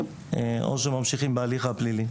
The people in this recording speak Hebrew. או שממשיכים בהליך הפלילי.